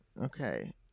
Okay